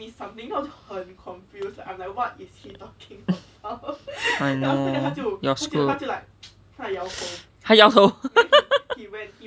I know you're screwed 他摇头